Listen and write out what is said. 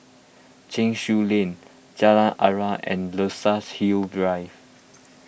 Cheng Soon Lane Jalan Aruan and Luxus Hill Drive